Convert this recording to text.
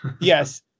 Yes